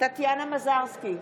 טטיאנה מזרסקי, בעד